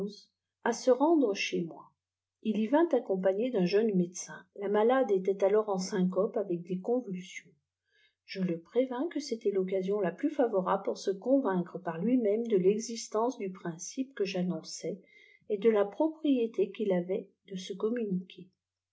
à se rendre çjez moi il y vint accompagné d uri jeune médecin la malade laît aiçrs eh syncopé avec des convulsions je le prévfti que çétaît roccasiôh la plus favorable pour se convaincre par uiîiime é ï'exislencp du prînype que j'atinonçaîs et de la propriété qu'il avait dé se communiquer